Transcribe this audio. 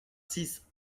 six